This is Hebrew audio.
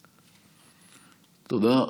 תודה.